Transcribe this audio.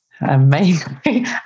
Amazing